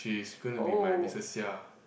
she's gonna be my Misses Seah